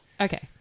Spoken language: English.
Okay